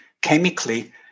chemically